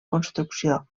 construcció